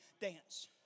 dance